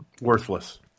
Worthless